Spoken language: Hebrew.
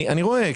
אני רואה,